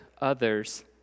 others